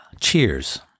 Cheers